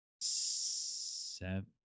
seven